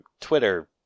Twitter